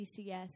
DCS